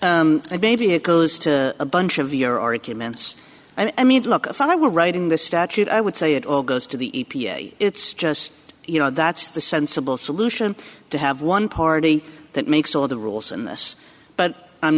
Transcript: maybe it goes to a bunch of your arguments i mean look if i were writing the statute i would say it all goes to the e p a it's just you know that's the sensible solution to have one party that makes all the rules in the us but i'm